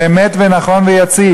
זה אמת ונכון ויציב.